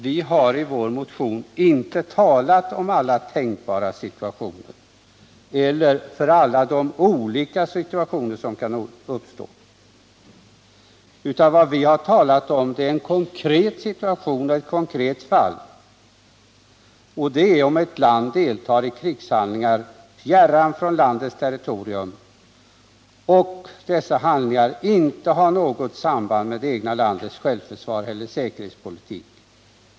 Vi har i vår motion inte talat om ”alla tänkbara situationer” eller ”alla de olika situationer” som kan uppstå utan om en konkret situation och ett konkret fall: om ett land deltar i krigshandlingar fjärran från landets territorium och dessa handlingar inte har något samband med det egna landets självförsvar eller säkerhetspolitik.